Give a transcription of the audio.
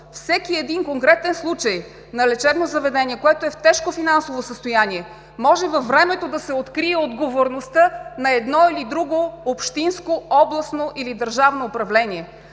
всеки един конкретен случай на лечебно заведение, което е в тежко финансово състояние, може във времето да се открие отговорността на едно или друго общинско, областно или държавно управление.